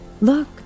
Look